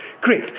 great